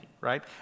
right